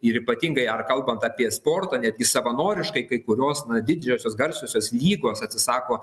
ir ypatingai ar kalbant apie sportą net gi savanoriškai kai kurios na didžiosios garsiosios lygos atsisako